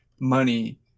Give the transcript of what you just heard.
money